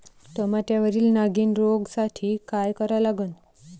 टमाट्यावरील नागीण रोगसाठी काय करा लागन?